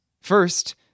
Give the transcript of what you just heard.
First